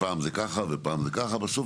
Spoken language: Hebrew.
פעם זה ככה ופעם זה ככה,